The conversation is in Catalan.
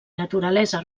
naturalesa